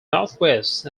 northwest